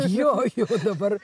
jo jau dabar